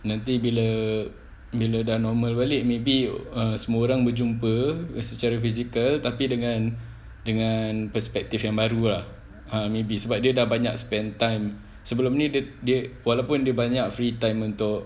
nanti bila bila dah normal balik maybe semua orang boleh jumpa secara fizikal tapi dengan dengan perspective yang baru lah ah maybe sebab dia dah banyak spend time sebelum ni dia dia walaupun dia banyak free time untuk